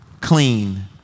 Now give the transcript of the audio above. clean